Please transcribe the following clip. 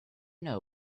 know